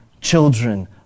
children